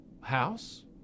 house